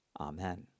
Amen